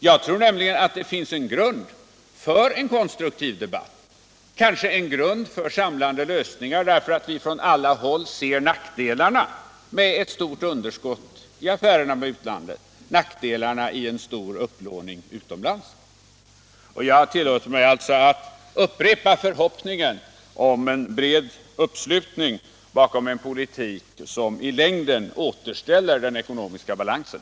Jag tror nämligen att det finns en grund för en konstruktiv debatt, kanske en grund för samlande lösningar, därför att vi från alla håll ser nackdelarna med ett stort underskott i affärerna med utlandet och nackdelarna med en stor upplåning utomlands. Jag tillåter mig alltså att upprepa förhoppningen om en bred uppslutning bakom en politik som i längden återställer den ekonomiska balansen.